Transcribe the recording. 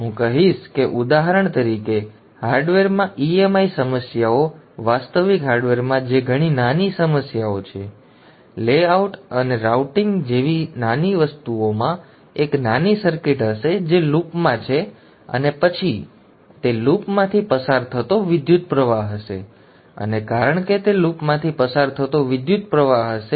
તેથી હું કહીશ કે ઉદાહરણ તરીકે હાર્ડવેરમાં ઇએમઆઇ સમસ્યાઓ વાસ્તવિક હાર્ડવેરમાં જે ઘણી નાની સમસ્યા છે લેઆઉટ અને રાઉટિંગ જેવી નાની વસ્તુઓમાં એક નાની સર્કિટ હશે જે લૂપમાં છે અને પછી તે લૂપમાંથી પસાર થતો વિદ્યુતપ્રવાહ હશે અને કારણ કે તે લૂપમાંથી પસાર થતો વિદ્યુતપ્રવાહ હશે